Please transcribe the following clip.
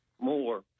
more